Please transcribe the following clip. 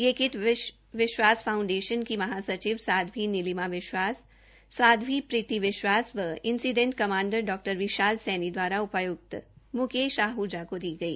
ये kits Vishwas foundation की महासचिव साध्वी नीलिमा विश्वास साध्वी प्रीती विश्वास व incident commander doctor Vishal Saini द्वारा उपाय्क्त म्केश आहजा को दी गई